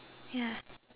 ya